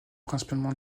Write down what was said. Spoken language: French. principalement